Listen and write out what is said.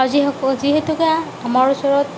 যিসকল যিহেতুকে আমাৰ ওচৰত